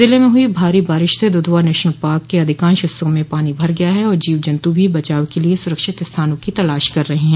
जिले में हुई भारी बारिश से दुधवा नेशनल पार्क के अधिकांश हिस्सों मे पानी भर गया है और जीव जन्तु भी बचाव के लिए सुरक्षित स्थानों की तलाश कर रहे हैं